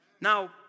Now